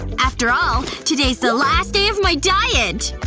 after all, today's the last day of my diet!